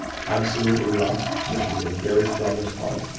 it's absolutely wrong and there should be a very strong response.